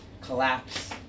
collapse